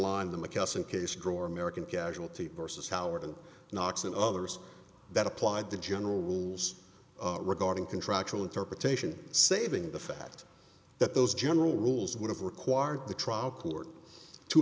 line the mckesson case drawer american casualty versus howard knox and others that applied the general rules regarding contractual interpretation saving the fact that those general rules would have required the trial court to